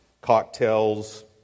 cocktails